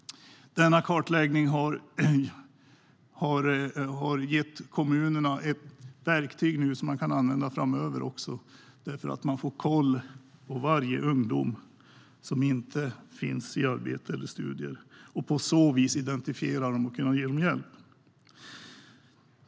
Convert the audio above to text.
Denna kartläggning har nu gett kommunerna ett verktyg som de kan använda framöver. Man får koll på varje ungdom som inte finns i arbete eller studier och kan på så vis identifiera dem och ge dem hjälp.